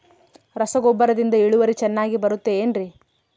ರಸಗೊಬ್ಬರದಿಂದ ಇಳುವರಿ ಚೆನ್ನಾಗಿ ಬರುತ್ತೆ ಏನ್ರಿ?